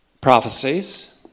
Prophecies